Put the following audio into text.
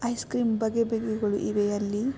ice cream ಬಗೆ ಬಗೆಗಳು ಇವೆ ಅಲ್ಲಿ